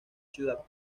ciudad